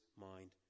mind